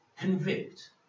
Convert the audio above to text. convict